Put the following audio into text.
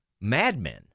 madmen